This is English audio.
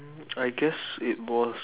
I guess it was